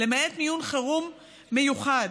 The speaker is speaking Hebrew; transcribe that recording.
למעט מיון חירום מיוחד.